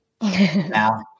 Now